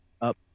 up